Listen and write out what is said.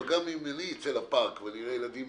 אבל גם אם אני אצא לפארק, ואראה ילדים